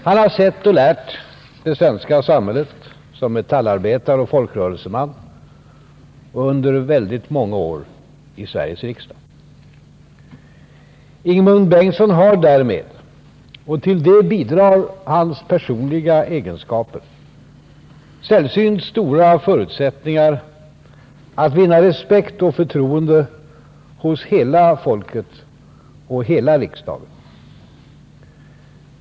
Han har sett och lärt det svenska samhället som metallarbetare och folkrörelseman och under väldigt många år i Sveriges riksdag. Ingemund Bengtsson har därmed, och till det bidrar hans personliga egenskaper, sällsynt stora förutsättningar att vinna respekt och förtroende hos hela folket och hela riksdagen.